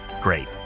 Great